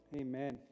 Amen